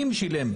אם שילם'.